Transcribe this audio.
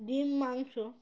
ডিম মাংস